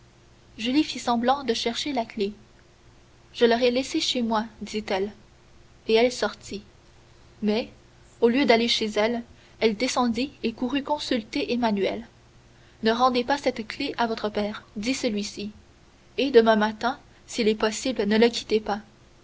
fit semblant de chercher la clef je l'aurai laissée chez moi dit-elle et elle sortit mais au lieu d'aller chez elle elle descendit et courut consulter emmanuel ne rendez pas cette clef à votre père dit celui-ci et demain matin s'il est possible ne le quittez pas